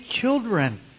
children